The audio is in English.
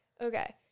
Okay